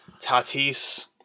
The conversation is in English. Tatis